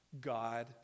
god